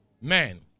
men